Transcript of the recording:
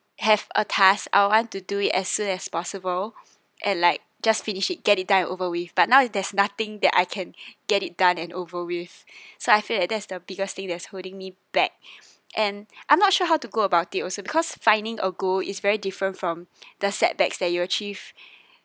have a task I want to do it as soon as possible and like just finish it get it done over with but now there's nothing that I can get it done and over with so I feel that that's the biggest thing that's holding me back and I'm not sure how to go about it also because finding a goal is very different from the setbacks that you're achieved